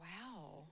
wow